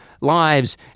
lives